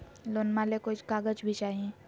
लोनमा ले कोई कागज भी चाही?